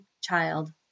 child